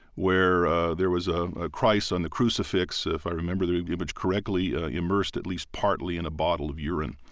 where there was ah ah christ on the crucifix, if i remember the image correctly, ah immersed, at least partly, in a bottle of urine.